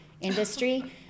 industry